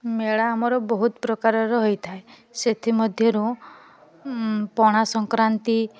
ମେଳା ଆମର ବହୁତ ପ୍ରକାରର ହୋଇଥାଏ ସେଥି ମଧ୍ୟରୁ ପଣାସଂକ୍ରାନ୍ତି